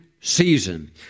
season